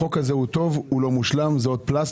החוק הזה הוא טוב, הוא לא מושלם, זה עוד פלסטר,